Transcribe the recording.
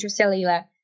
intracellular